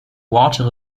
water